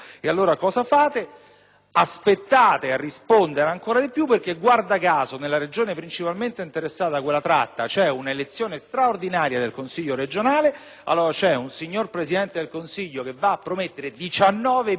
Aspettate a rispondere ancora di più perché, guarda caso, nella Regione principalmente interessata da quella tratta, c'è una elezione straordinaria del Consiglio regionale e c'è un signor Presidente del Consiglio che va a promettere 19 miliardi di euro per